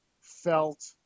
felt